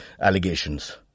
allegations